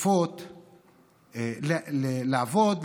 שאיפות לעבוד,